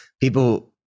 people